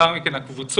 לאחר מכן הקבוצות,